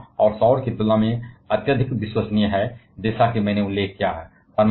यह हवा और सौर की तुलना में अत्यधिक विश्वसनीय है जैसा कि मैंने उल्लेख किया है